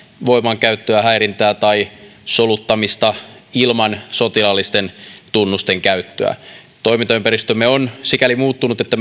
voimankäyttöä häirintää tai soluttamista ilman sotilaallisten tunnusten käyttöä toimintaympäristömme on sikäli muuttunut että